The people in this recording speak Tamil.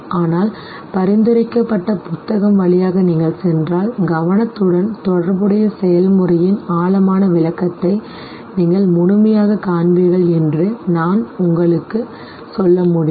ஆனால் பரிந்துரைக்கப்பட்ட புத்தகம் வழியாகச் நீங்கள் சென்றால் கவனத்துடன் தொடர்புடைய செயல்முறையின் ஆழமான விளக்கத்தை நீங்கள் முழுமையாகக் காண்பீர்கள் என்று நான் உங்களுக்குச் சொல்ல முடியும்